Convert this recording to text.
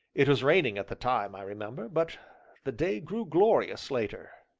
it was raining at the time, i remember, but the day grew glorious later.